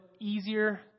easier